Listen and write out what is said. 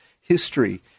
history